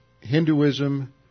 Hinduism